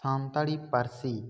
ᱥᱟᱱᱛᱟᱲᱤ ᱯᱟᱹᱨᱥᱤ